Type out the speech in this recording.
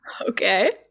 Okay